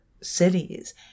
cities